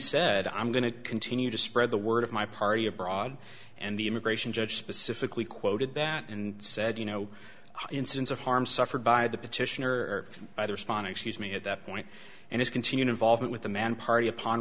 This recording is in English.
said i'm going to continue to spread the word of my party abroad and the immigration judge specifically quoted that and said you know incidents of harm suffered by the petitioner either spahn excuse me at that point and his continued involvement with the man party upon